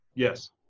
Yes